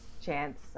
chance